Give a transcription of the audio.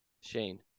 Shane